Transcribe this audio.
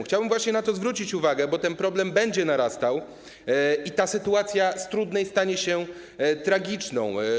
Chciałbym właśnie na to zwrócić uwagę, bo ten problem będzie narastał i sytuacja z trudnej stanie się tragiczna.